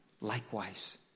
likewise